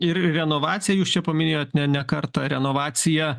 ir renovaciją jūs čia paminėjot ne ne kartą renovacija